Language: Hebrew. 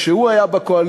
כשהוא היה בקואליציה.